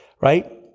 right